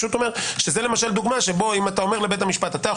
זה למשל דוגמה שבו אם אתה אומר לבית המשפט: יכול